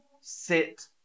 sit